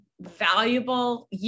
Valuable